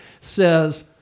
says